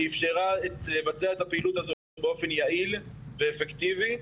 שאפשרה לבצע את הפעילות הזו באופן יעיל ואפקטיבי,